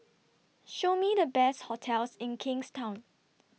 Show Me The Best hotels in Kingstown